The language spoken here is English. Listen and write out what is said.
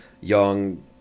young